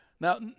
Now